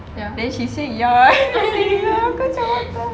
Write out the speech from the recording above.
ya then she say ya